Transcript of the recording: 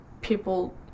people